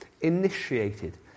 initiated